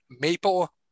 maple